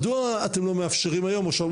מדוע אתם לא מאפשרים היום או שהיום